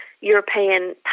European